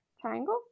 Triangle